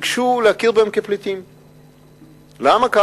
משרד הפנים, וביקשו להכיר בהם כפליטים.